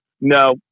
No